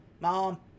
Mom